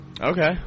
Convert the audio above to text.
Okay